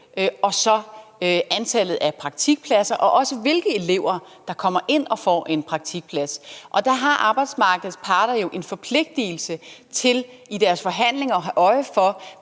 og så antallet af praktikpladser, og også hvilke elever der kommer ind og får en praktikplads. Og der har arbejdsmarkedets parter jo en forpligtelse til i deres forhandlinger at have øje for,